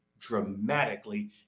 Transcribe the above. dramatically